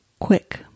Quick